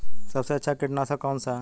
सबसे अच्छा कीटनाशक कौन सा है?